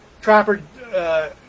Trapper